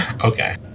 Okay